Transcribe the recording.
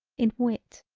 in wit,